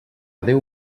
déu